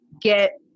get